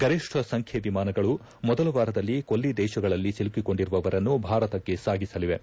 ಗರಿಷ್ಠ ಸಂಖ್ಯೆ ವಿಮಾನಗಳು ಮೊದಲ ವಾರದಲ್ಲಿ ಕೊಲ್ಲಿ ದೇಶಗಳಲ್ಲಿ ಸಿಲುಕಿಕೊಂಡಿರುವರನ್ನು ಭಾರತಕ್ಕೆ ಸಾಗಿಸಲಿವೆ